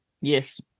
Yes